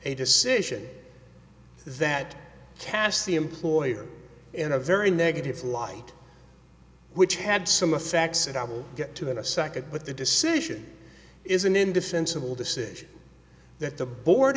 a decision that casts the employer in a very negative light which had some of facts and i will get to in a second but the decision is an indefensible decision that the board